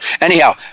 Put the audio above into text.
Anyhow